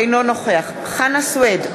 אינו נוכח חנא סוייד,